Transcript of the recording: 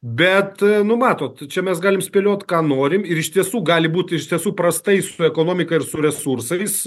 bet nu matot čia mes galim spėliot ką norim ir iš tiesų gali būt iš tiesų prastai su ekonomika ir su resursais